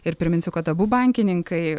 ir priminsiu kad abu bankininkai